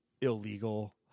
illegal